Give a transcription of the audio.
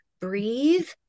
Breathe